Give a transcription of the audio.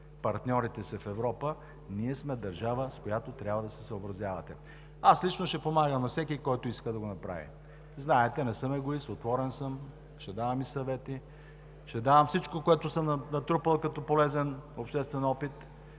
партньорите си в Европа: ние сме държава, с която трябва да се съобразявате. Аз лично ще помагам на всеки, който иска да го направи. Знаете, не съм егоист – отворен съм, ще давам съвети, ще давам всичко, което съм натрупал като полезен обществен опит,